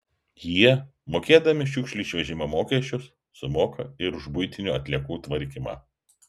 jie mokėdami šiukšlių išvežimo mokesčius sumoka ir už buitinių atliekų tvarkymą